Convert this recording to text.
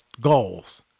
goals